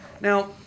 Now